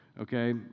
okay